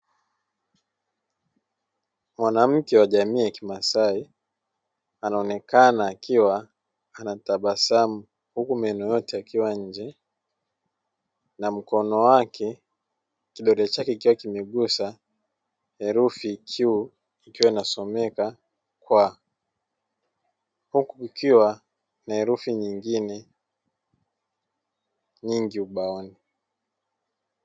Mwanamke wa jamii ya kimaasai anaonekana akiwa tabasamu huku meno yote ya kiwa nje na kidole chake kikiwa kimegusa herufi Q ikiwa inasomeka kwa huku kukiwa na herufi nyingine nyingi ubaoni.